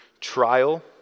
trial